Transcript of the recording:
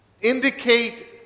indicate